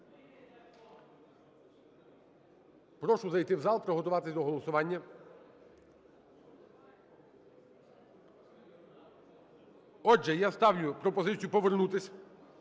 Прошу зайти в зал, приготуватись до голосування. Отже, я ставлю пропозицію повернутись